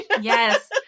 Yes